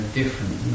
different